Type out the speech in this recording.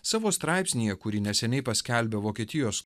savo straipsnyje kurį neseniai paskelbė vokietijos